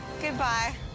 Goodbye